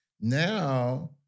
Now